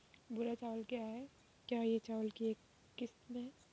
भूरा चावल क्या है? क्या यह चावल की एक किस्म है?